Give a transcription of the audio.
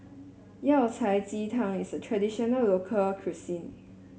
Yao Cai Ji Tang is a traditional local cuisine